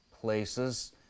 places